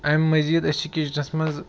اَمہِ مٔزیٖد أسۍ چھِ کِچنَس منٛز